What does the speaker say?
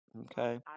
Okay